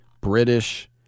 British